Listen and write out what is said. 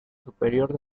superior